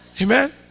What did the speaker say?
Amen